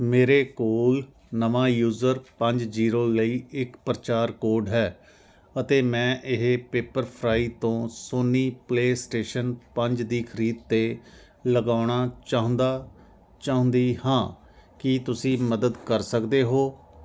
ਮੇਰੇ ਕੋਲ ਨਵਾਂ ਯੂਜ਼ਰ ਪੰਜ ਜੀਰੋ ਲਈ ਇੱਕ ਪਰਚਾਰ ਕੋਡ ਹੈ ਅਤੇ ਮੈਂ ਇਹ ਪੇਪਰਫਰਾਈ ਤੋਂ ਸੋਨੀ ਪਲੇਅਸਟੇਸ਼ਨ ਪੰਜ ਦੀ ਖਰੀਦ 'ਤੇ ਲਗਾਉਣਾ ਚਾਹੁੰਦਾ ਚਾਹੁੰਦੀ ਹਾਂ ਕੀ ਤੁਸੀਂ ਮਦਦ ਕਰ ਸਕਦੇ ਹੋ